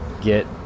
get